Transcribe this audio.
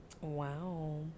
wow